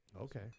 Okay